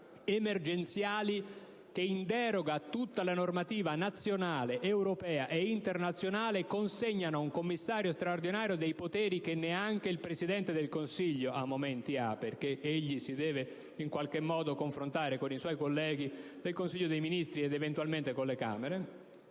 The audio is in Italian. emergenziali che, in deroga a tutta la normativa nazionale, europea e internazionale, consegnano a un commissario straordinario dei poteri che quasi non ha neanche il Presidente del Consiglio, dovendosi in qualche modo confrontare con i suoi colleghi del Consiglio dei ministri ed eventualmente con le Camere: